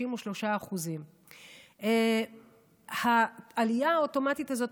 33%. העלייה האוטומטית הזאת,